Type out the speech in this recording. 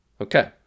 Okay